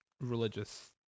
religious